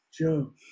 Joe